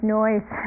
noise